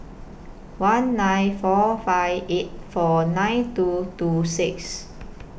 one nine four five eight four nine two two six